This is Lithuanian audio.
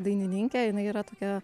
dainininkė jinai yra tokia